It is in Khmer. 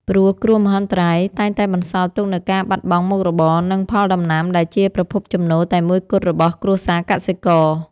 ព្រោះគ្រោះមហន្តរាយតែងតែបន្សល់ទុកនូវការបាត់បង់មុខរបរ និងផលដំណាំដែលជាប្រភពចំណូលតែមួយគត់របស់គ្រួសារកសិករ។